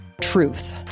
truth